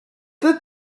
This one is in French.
peu